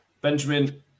Benjamin